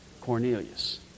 Cornelius